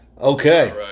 Okay